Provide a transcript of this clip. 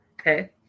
okay